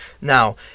Now